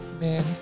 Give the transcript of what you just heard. man